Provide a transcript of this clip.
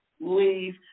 leave